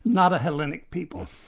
not a hellenic people,